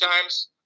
times